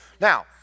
Now